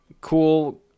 cool